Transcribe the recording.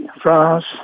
France